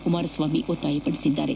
ಕುಮಾರಸ್ವಾಮಿ ಒತ್ತಾಯಿಸಿದ್ದಾರೆ